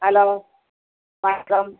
hello வணக்கம்